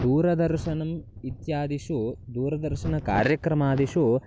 दूरदर्शनम् इत्यादिषु दूरदर्शनकार्यक्रमादिषु